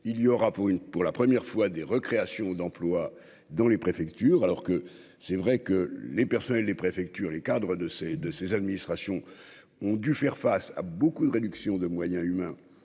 pour une pour la première fois des récréations d'emplois dans les préfectures, alors que c'est vrai que les personnels des préfectures, les cadres de ces, de ces administrations ont dû faire face à beaucoup de réduction de moyens humains